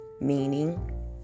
meaning